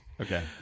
Okay